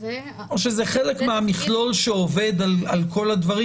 זה קורה או שזה חלק מהמכלול שעובד על כל הדברים